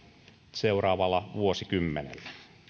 seuraavalla vuosikymmenellä